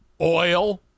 oil